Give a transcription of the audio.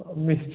mixture